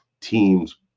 teams